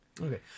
Okay